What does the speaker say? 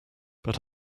but